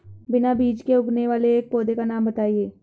बिना बीज के उगने वाले एक पौधे का नाम बताइए